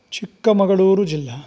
चिक्कमगळूरुजिल्ला